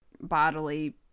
bodily